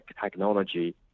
technology